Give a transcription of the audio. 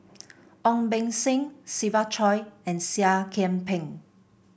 Ong Beng Seng Siva Choy and Seah Kian Peng